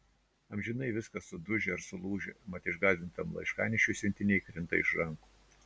amžinai viskas sudužę ar sulūžę mat išgąsdintam laiškanešiui siuntiniai krinta iš rankų